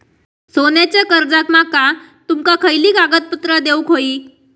सोन्याच्या कर्जाक माका तुमका खयली कागदपत्रा देऊक व्हयी?